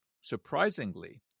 Surprisingly